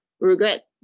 regret